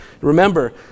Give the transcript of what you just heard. Remember